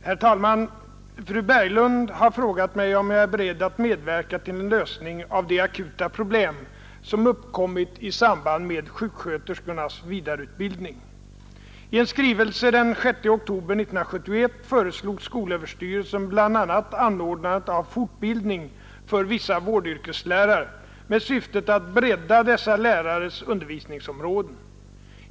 Herr talman! Fru Berglund har frågat mig om jag är beredd att medverka till en lösning av de akuta problem som uppkommit i samband med sjuksköterskornas vidareutbildning. I en skrivelse den 6 oktober 1971 föreslog skolöverstyrelsen bl.a. anordnande av fortbildning för vissa vårdyrkeslärare med syftet att bredda dessa lärares undervisningsområden.